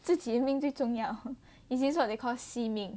自己的命最重要 is this what they call 惜命